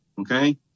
Okay